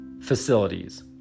facilities